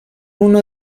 uno